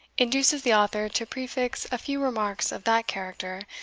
induces the author to prefix a few remarks of that character,